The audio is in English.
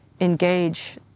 engage